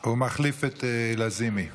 הוא מחליף את לזימי.